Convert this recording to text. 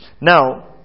Now